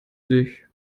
sich